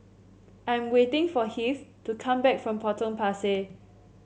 I am waiting for Heath to come back from Potong Pasir